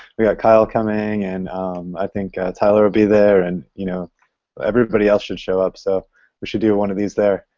we've got kyle coming, and i think tyler will be there, and you know everybody else should show up so we should do one of these there.